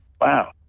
wow